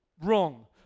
wrong